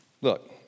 look